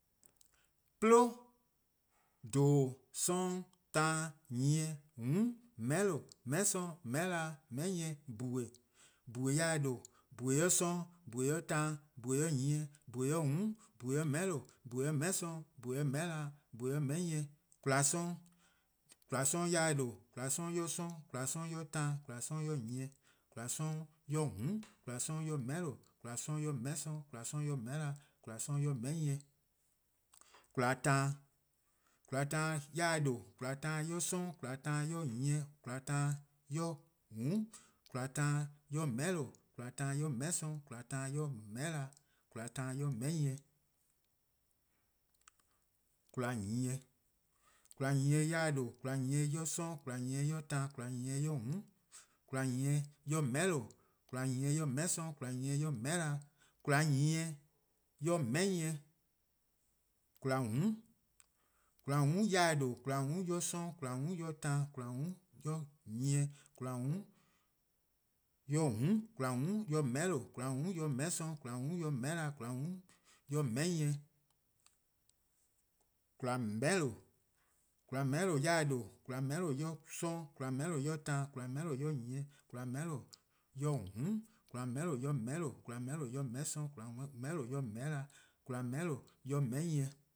'Plo o, :dhoo:, 'sororn', taan, nyieh, :mm', :meheh'lo:, :meheh' 'sorn, :meheh' nyieh, :bhue', :bhue' 'yor-eh :due', :bhue' 'yor 'sororn', :bhue' 'yor taan, :bhue' 'yor :mm', :bhue' 'yor :meheh'lo:, :bhue' 'yor :meheh' 'sorn, :bhue' 'yor :meheh'na, :bhue' 'yor :meheh' nyieh, :kwlaa 'sororn' ,:kwaa 'sororn' 'yor-eh :due'. :kwlaa 'sororn 'yor 'sororn', :kwlaa 'sororn 'yor taan, :kwlaa 'sororn 'yor nyieh, :kwlaa 'sororn ':mm', :kwlaa 'sororn 'yor :meheh'lo:, :kwlaa 'sororn 'yor :meheh' 'sorn, :kwlaa 'sororn 'yor :meheh'na, :kwlaa 'sororn 'yor :meheh'nyieh :kwlaa taan, :kwlaa taan 'yor-eh :due', :kwlaa taan 'yor 'sororn', :kwlaa taan 'yor nyieh, :kwlaa taan 'yor :mm', :kwlaa taan 'yor :meheh'lo:, :kwlaa taan 'yor :meheh' 'sorn, :kwlaa taan 'yor :meheh'na, :kwlaa taan 'yor :meheh' nyieh :kwlaa nyieh, :kwlaa nyieh 'yor-eh :due', :kwlaa nyieh 'yor 'sororn', :kwlaa nyieh 'yor taan, :kwlaa nyieh 'yor :mm', :kwlaa nyieh 'yor :meheh'lo. :kwlaa nyieh 'yor :meheh' 'sorn, :kwlaa nyieh 'yor :meheh'na, :kwlaa nyieh 'yor:meheh nuieh, :kwlaa :mm', :kwlaa :mm' yor-eh :due'. :kwlaa :mm' 'yor 'sororn', :kwlaa :mm' 'yor taan, :kwlaa :mm' 'yor :meheh'lo:, :kwlaa :mm' 'yor :meheh 'sorn, :kwlaa :mm' 'yor :meheh'na, :kwlaa :mm' 'yor :meheh' nyieh, :kwlaa :meheh'lo:, :kwlaa :meheh'lo: 'yor-eh :due', :kwlaa :meheh'lo: 'yor 'sororn', :kwlaa :meheh'lo: 'yor taan, :kwlaa :meheh'lo: 'yor nyieh, :kwlaa :meheh'lo: 'yor :mm', :kwlaa :meheh'lo: 'yor :meheh'lo:, :kwlaa :meheh'lo: 'yor :meheh' 'sorn, :kwlaa :meheh'lo: 'yor :meheh'na, :kwlaa :meheh'lo: 'yor :meheh nyieh,.